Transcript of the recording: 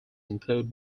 include